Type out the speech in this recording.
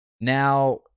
Now